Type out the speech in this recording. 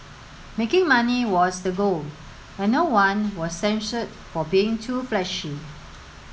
making money was the goal and no one was censured for being too flashy